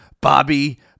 Bobby